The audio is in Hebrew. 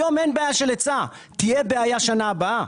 היום אין בעיה של היצע, אבל תהיה בעיה בשנה הבאה.